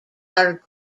our